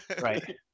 right